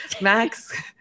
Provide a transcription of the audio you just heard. Max